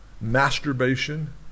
masturbation